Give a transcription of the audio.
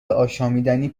آشامیدنی